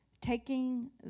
Taking